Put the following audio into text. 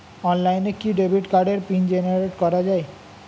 অনলাইনে কি ডেবিট কার্ডের পিন জেনারেট করা যায়?